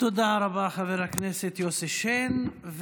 תודה רבה, חבר הכנסת יוסי שיין.